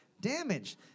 damage